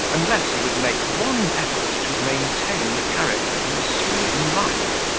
unless he would make one effort to maintain the character he assumed in life.